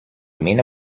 main